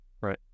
Right